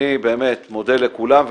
אני מודה לכולם,